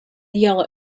yellow